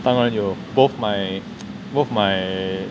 当然有 both my both my